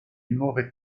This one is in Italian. nuove